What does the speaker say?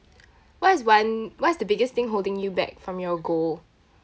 what's one what's the biggest thing holding you back from your goal